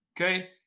Okay